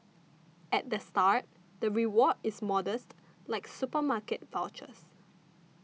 at the start the reward is modest like supermarket vouchers